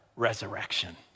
resurrection